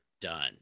done